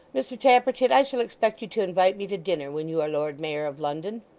mr tappertit, i shall expect you to invite me to dinner when you are lord mayor of london